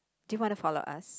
do you want to follow us